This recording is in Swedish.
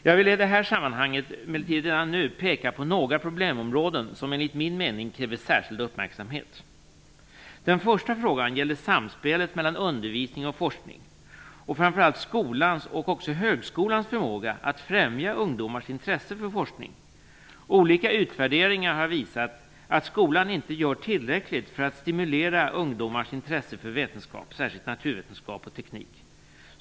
Jag vill i detta sammanhang emellertid redan nu peka på några problemområden som enligt min mening kräver särskild uppmärksamhet. Den första frågan gäller samspelet mellan undervisning och forskning och framför allt skolans och också högskolans förmåga att främja ungdomars intresse för forskning. Olika utvärderingar har visat att skolan inte gör tillräckligt för att stimulera ungdomars intresse för vetenskap, särskilt naturvetenskap och teknik.